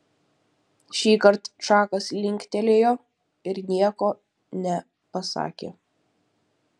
šįkart čakas linktelėjo ir nieko nepasakė